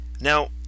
Now